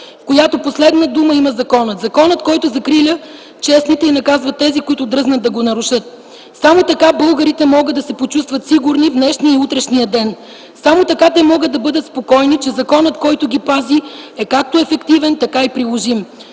в която последна дума има законът, законът, който закриля честните и наказва тези, които дръзнат да го нарушат. Само така българите могат да се почувстват сигурни в днешния и в утрешния ден, само така могат да бъдат спокойни, че законът, който ги пази, е както ефективен, така и приложим.